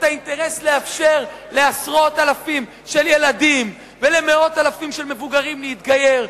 את האינטרס לאפשר לאלפים של ילדים ולמאות אלפים של מבוגרים להתגייר,